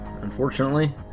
unfortunately